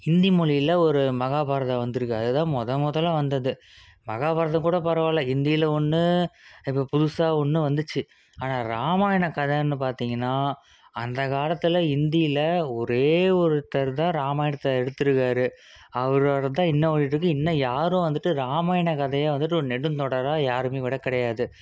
ஹிந்தி மொழியில் ஒரு மகாபாரதம் வந்திருக்கு அது தான் மொதல் முதல்ல வந்தது மகாபாரதம் கூட பரவாயில்ல ஹிந்தியில் ஒன்று இப்போ புதுசாக ஒன்று வந்துச்சு ஆனால் ராமாயண கதைன்னு பார்த்தீங்கன்னா அந்த காலத்தில் இந்தியில் ஒரே ஒருத்தர் தான் ராமாயணத்தை எடுத்திருக்கறாரு அவரோடயது தான் இன்னும் ஓடிகிட்டு இருக்குது இன்னும் யாரும் வந்துட்டு ராமாயண கதையை வந்துட்டு ஒரு நெடுந்தொடராக யாருமே விடக்கிடையாது